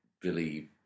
billy